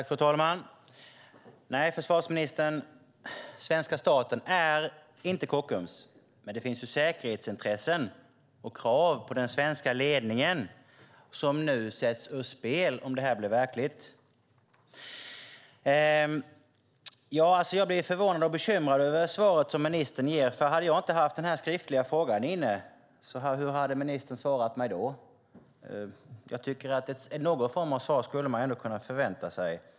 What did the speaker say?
Fru talman! Nej, försvarsministern, svenska staten är inte Kockums, men det finns säkerhetsintressen och krav på den svenska ledningen som sätts ur spel om detta blir verklighet. Jag blir förvånad och bekymrad över svaret som ministern ger. Om jag inte ställt den skriftliga frågan, hur hade jag då fått svar från ministern? Någon form av svar tycker jag att man kan förvänta sig.